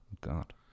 God